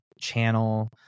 channel